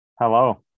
Hello